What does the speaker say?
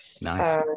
Nice